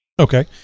Okay